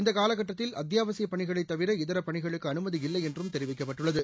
இந்த காலகட்டத்தில் அத்தியாவசியப் பணிகளைத் தவிர இதர பணிகளுக்கு அனுமதி இல்லை என்றும் தெரிவிக்கப்பட்டுள்ளது